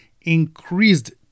increased